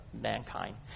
mankind